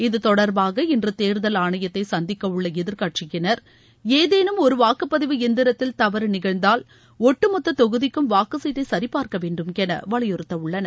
இது தொடர்பாக இன்று தேர்தல் ஆணையத்தை சந்தக்கவுள்ள எதிர்க்கட்சியினர் ஏதேனும் ஒரு வாக்குப்பதிவு எந்திரத்தில் தவறு நிகழ்ந்தால் ஒட்டுமொத்த தொகுதிக்கும் வாக்குச்சீட்டை சரிபார்க்க வேண்டுமென வலியுறுத்த உள்ளனர்